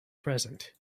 present